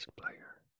player